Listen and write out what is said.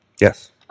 yes